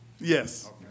Yes